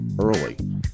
early